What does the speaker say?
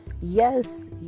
Yes